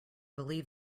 believe